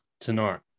tonight